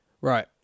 right